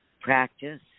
Practice